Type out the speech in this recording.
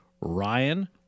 Ryan